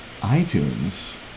iTunes